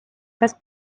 bez